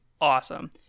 awesome